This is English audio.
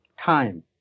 time